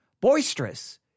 boisterous